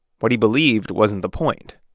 what he believed wasn't the point.